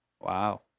Wow